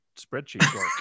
spreadsheet